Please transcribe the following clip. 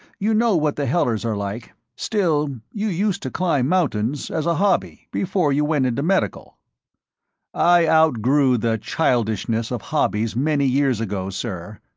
you know what the hellers are like. still, you used to climb mountains, as a hobby, before you went into medical i outgrew the childishness of hobbies many years ago, sir,